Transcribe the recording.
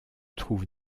trouve